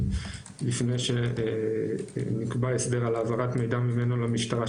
לפני שנקבע הסדר על העברת מידע ממנו למשטרה,